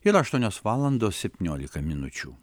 yra aštuonios valandos septyniolika minučių